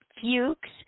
Fuchs